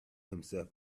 himself